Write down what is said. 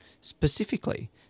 Specifically